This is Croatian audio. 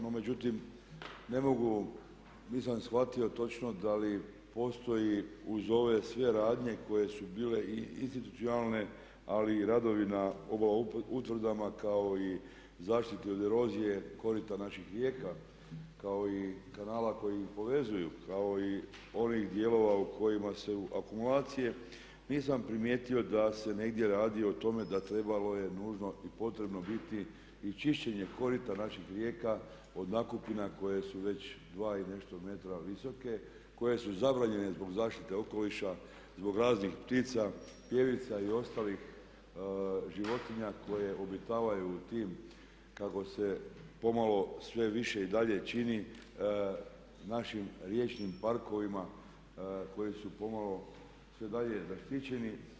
No međutim, ne mogu, nisam shvatio točno da li postoji uz ove sve radnje koje su bile i institucionalne ali i radovi na utvrdama kao i zaštite od erozije korita naših rijeka kao i kanala koji ih povezuju, kao i onih dijelova u kojima su akumulacije nisam primijetio da se negdje radi o tome da trebalo je nužno i potrebno biti i čišćenje korita naših rijeka od nakupina koje su već dva i nešto metra visoke, koje su zabranjene zbog zaštite okoliša, zbog raznih ptica pjevica i ostalih životinja koje obitavaju u tim kako se pomalo sve više i dalje čini našim riječnim parkovima koji su pomalo sve dalje zaštićeni.